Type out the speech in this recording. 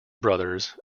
brothers